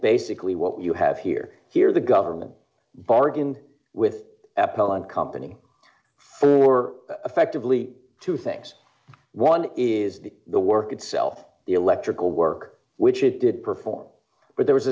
basically what you have here here the government bargain with apple and company for effectively two things one is the work itself the electrical work which it did perform but there was